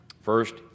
First